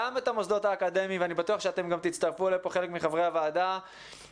את המוסדות האקדמיים ואני בטוח שחברי הוועדה יצטרפו לזה,